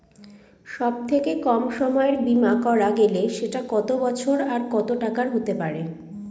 সব থেকে কম সময়ের বীমা করা গেলে সেটা কত বছর আর কত টাকার হতে পারে?